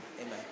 amen